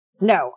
No